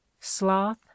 sloth